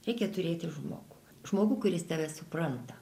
reikia turėti žmogų žmogų kuris tave supranta